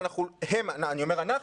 אבל הם אני אומר אנחנו,